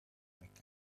mecca